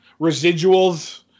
residuals